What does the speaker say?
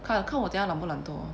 看啦看我等一下懒不懒惰